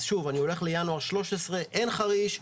אז צריך לזכור שבינואר 2013 לא הייתה חריש,